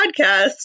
podcast